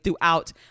throughout